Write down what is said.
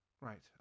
Right